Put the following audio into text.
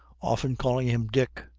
often calling him dick,